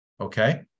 Okay